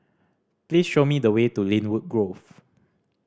please show me the way to Lynwood Grove